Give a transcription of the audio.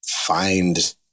find